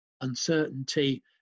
uncertainty